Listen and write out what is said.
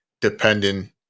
depending